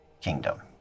kingdom